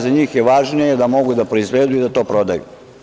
Za njih je važnije da mogu da proizvedu i da to prodaju.